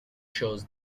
shows